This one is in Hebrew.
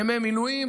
ימי מילואים.